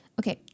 Okay